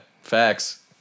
facts